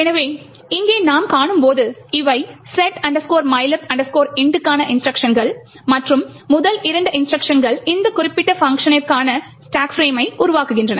எனவே இங்கே நாம் காணும்போது இவை set mylib int க்கான இன்ஸ்ட்ருக்ஷன் கள் மற்றும் முதல் இரண்டு இன்ஸ்ட்ருக்ஷன் கள் அந்த குறிப்பிட்ட பங்க்ஷனிற்கான ஸ்டாக் பிரேம் மை உருவாக்குகின்றன